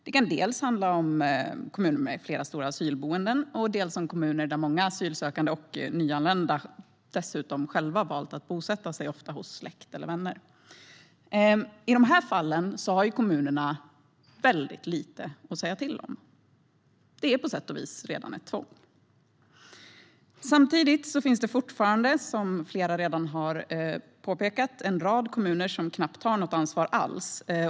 Det kan handla dels om kommuner med flera stora asylboenden, dels om kommuner där många asylsökande och nyanlända själva har valt att bosätta sig, ofta hos släkt eller vänner. I de fallen har kommunerna väldigt lite att säga till om. Det är på sätt och vis redan ett tvång. Samtidigt finns det fortfarande, vilket flera redan har påpekat, en rad kommuner som knappt tar något ansvar alls.